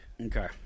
Okay